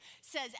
says